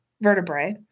vertebrae